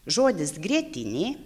žodis grietinė